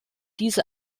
diese